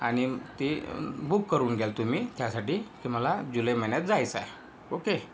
आणि ते बुक करून घ्याल तुम्ही त्यासाठी की मला जुलै महिन्यात जायचंय ओके